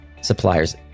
suppliers